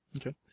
Okay